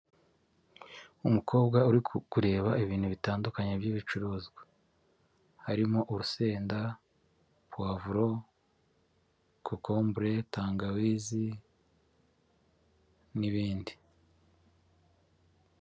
Umukobwa uri kureba ibintu bitandukanye by'ibicuruzwa harimo urusenda, pavuro, kokombure, tangawizi n'ibindi.